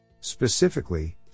Specifically